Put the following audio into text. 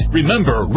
Remember